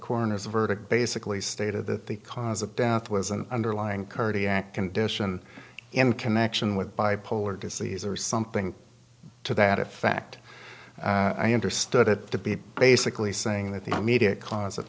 coroner's a verdict basically stated that the cause of death was an underlying kirti act condition in connection with bipolar disease or something to that effect i understood it to be basically saying that the immediate cause of